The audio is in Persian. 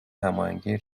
هماهنگی